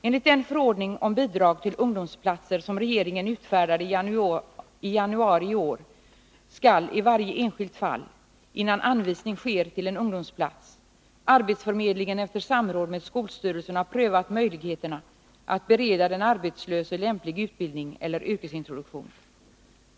Enligt den förordning om bidrag till ungdomsplatser som regeringen utfärdade i januari i år skall, i varje enskilt fall, innan anvisning sker till en ungdomsplats, arbetsförmedlingen efter samråd med skolstyrelsen ha prövat möjligheterna att bereda den arbetslöse lämplig utbildning eller yrkesintroduktion.